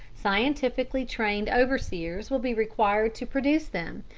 scientifically trained overseers will be required to produce them,